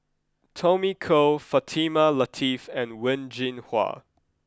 Tommy Koh Fatimah Lateef and Wen Jinhua